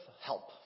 help